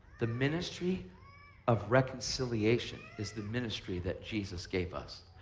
the ministry of reconciliation is the ministry that jesus gave us,